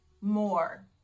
more